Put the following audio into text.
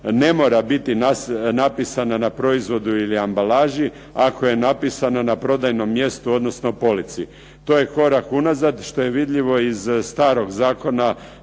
ne mora biti napisana na proizvodu ili ambalaži ako je napisana na prodajnom mjestu odnosno polici. To je korak unazad što je vidljivo iz starog zakona